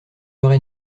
heures